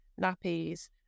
nappies